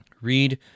read